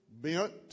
bent